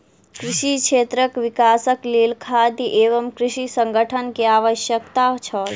कृषि क्षेत्रक विकासक लेल खाद्य एवं कृषि संगठन के आवश्यकता छल